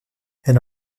elle